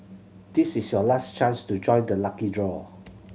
this is your last chance to join the lucky draw